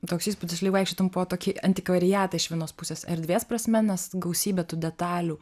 toks įspūdis lyg vaikščiotum po tokį antikvariatą iš vienos pusės erdvės prasme nes gausybė tų detalių